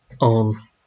on